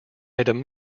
item